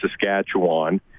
Saskatchewan